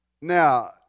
Now